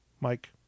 Mike